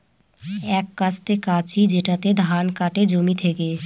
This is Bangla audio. এক কাস্তে কাঁচি যেটাতে ধান কাটে জমি থেকে